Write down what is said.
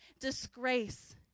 disgrace